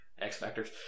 X-Factors